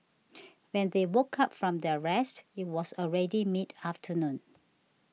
when they woke up from their rest it was already mid afternoon